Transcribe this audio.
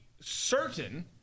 certain